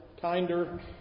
kinder